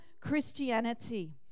Christianity